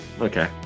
okay